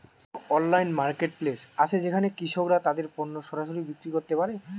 কোন online marketplace আছে যেখানে কৃষকরা তাদের পণ্য সরাসরি বিক্রি করতে পারে?